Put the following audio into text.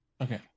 Okay